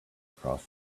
across